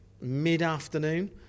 mid-afternoon